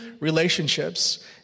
relationships